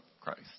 Christ